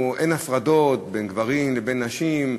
הפרדות בין גברים לבין נשים,